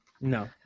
No